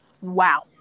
Wow